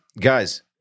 guys